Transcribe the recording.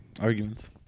arguments